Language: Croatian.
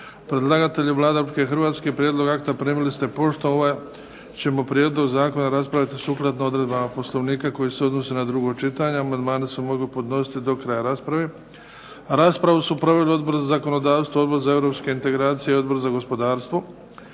Predlagatelj je Vlada Republike Hrvatske. Prijedlog akta primili ste poštom. Ovaj ćemo prijedlog zakona raspraviti sukladno odredbama Poslovnika koji se odnosi na drugo čitanje. Amandmani se mogu podnositi do kraja rasprave. Raspravu su proveli Odbor za zakonodavstvo, Odbora za europske integracije, Odbor za gospodarstvo.